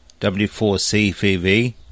W4CVV